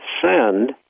Send